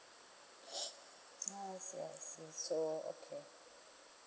oh I see I see so okay